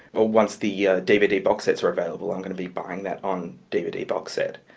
once the ah dvd box sets were available, i'm going to be buying that on dvd box set.